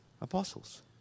apostles